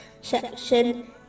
section